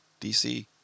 DC